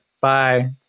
bye